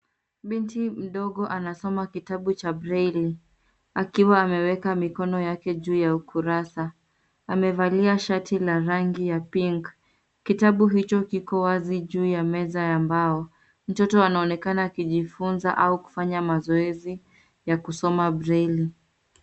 Biinto mdogo anasoma kitabu cha breili, akiwa ameweka mikono yake juu ya ukurasa. Amevalia shati la rangi ya pink . Kitabu hicho kiko wazi juu ya meza ya mbao. Mtoto anaonekana akijifunza au kufanya mazoezi ya kusoma breili.